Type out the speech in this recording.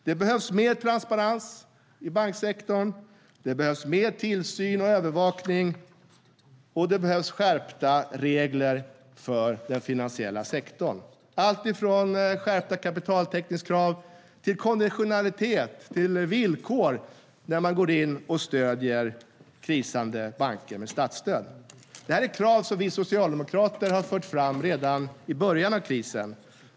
Det behövs mer transparens i banksektorn. Det behövs mer tillsyn och övervakning, och det behövs skärpta regler för den finansiella sektorn, alltifrån skärpta kapitaltäckningskrav till konditionalitet - villkor för när man går in och stöder krisande banker med statsstöd. Det är krav som vi socialdemokrater förde fram redan i början av krisen.